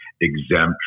exempt